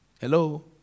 Hello